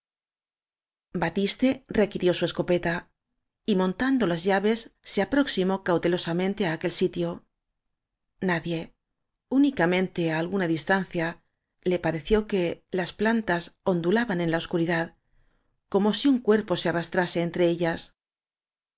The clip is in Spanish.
batiste requirió su escopeta y montando las llaves se aproximó cautelosamente á aquel sitio adie nicame guna distancia le parecic las plantas ondulaban en la obscuridad como si un cuerpo se arras trase entre ellas